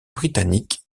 britanniques